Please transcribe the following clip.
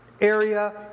area